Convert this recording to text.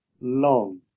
long